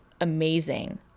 amazing